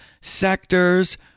sectors